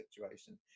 situation